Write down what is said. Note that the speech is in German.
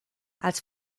als